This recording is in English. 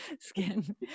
skin